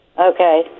Okay